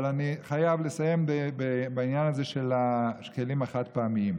אבל אני חייב לסיים בעניין הזה של הכלים החד-פעמיים.